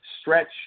stretch